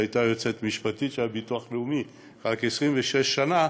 שהייתה יועצת משפטית של הביטוח הלאומי רק 26 שנה,